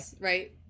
Right